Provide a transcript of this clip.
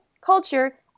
culture